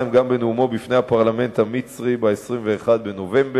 גם בנאומו בפני הפרלמנט המצרי ב-21 בנובמבר,